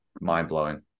mind-blowing